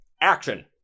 action